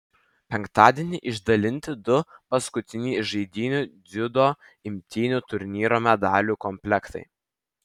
penktadienį išdalinti du paskutiniai žaidynių dziudo imtynių turnyro medalių komplektai